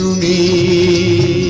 the